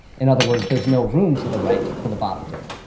in other words, there's no room to the right for the bottom div.